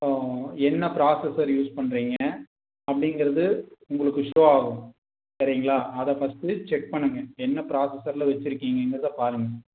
அப்புறோம் என்ன processor use பண்ணுறீங்க அப்படிங்குறது உங்களுக்கு ஷோ ஆகும் சரிங்களா அதை ஃபர்ஸ்ட்டு செக் பண்ணுங்கள் என்ன ப்ராசஸ்சரில் வச்சிருக்கீங்கர்தில் பாருங்கள்